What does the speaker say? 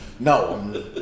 No